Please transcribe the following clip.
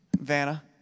Vanna